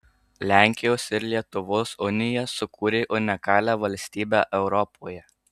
lenkijos ir lietuvos unija sukūrė unikalią valstybę europoje